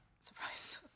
surprised